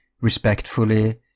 respectfully